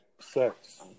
sex